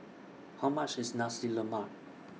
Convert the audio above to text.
How much IS Nasi Lemak